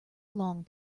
long